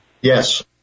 Yes